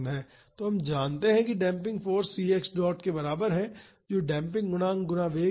तो हम जानते हैं कि damping force c x dot के बराबर है जो डेम्पिंग गुणांक गुणा वेग है